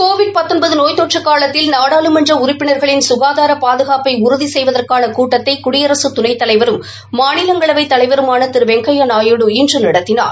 Covid நோய் தொற்று காலத்தில் நாடாளுமன்ற உறப்பினர்களின் சுகாதார பாதுகாப்பை உறுதி செய்வதற்கான கூட்டத்தை குடியரசுத் துணைத்தலைவரும் மாநிலங்களவை தலைவருமான திரு வெங்கையா நாயுடு இன்று நடத்தினார்